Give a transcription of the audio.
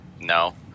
No